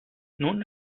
nun